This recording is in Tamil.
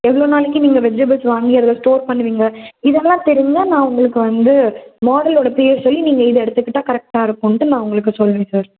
எவ்வளோ நாளைக்கு நீங்கள் வெஜிடபுள்ஸ் வாங்கி அதில் ஸ்டோர் பண்ணுவீங்க இதெலாம் தெரிஞ்சால் நான் உங்களுக்கு வந்து மாடலோட பேர் சொல்லி நீங்கள் இதை எடுத்துக்கிட்டால் கரெக்டாக இருக்குதுன்ட்டு நான் உங்களுக்கு சொல்கிறேன் சார்